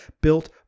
built